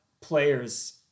players